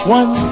one